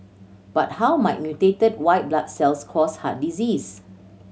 but how might mutated white blood cells cause heart disease